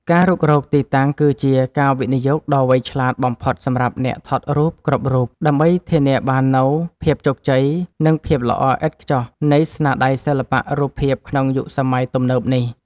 ការរុករកទីតាំងគឺជាការវិនិយោគដ៏វៃឆ្លាតបំផុតសម្រាប់អ្នកថតរូបគ្រប់រូប ដើម្បីធានាបាននូវ ភាពជោគជ័យ និងភាពល្អឥតខ្ចោះ នៃស្នាដៃសិល្បៈរូបភាពក្នុងយុគសម័យទំនើបនេះ។